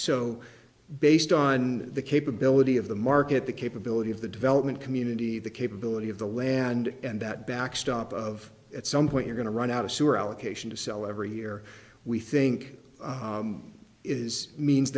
so based on the capability of the market the capability of the development community the capability of the land and that backstop of at some point you're going to run out of sewer allocation to sell every year we think is means